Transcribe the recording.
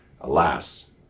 Alas